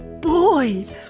boys?